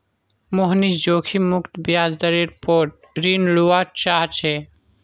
मोहनीश जोखिम मुक्त ब्याज दरेर पोर ऋण लुआ चाह्चे